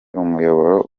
umuyoboro